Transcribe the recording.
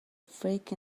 freak